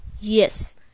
Yes